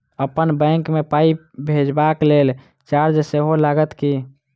अप्पन बैंक मे पाई भेजबाक लेल चार्ज सेहो लागत की?